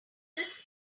this